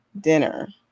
dinner